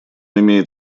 имеет